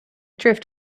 drift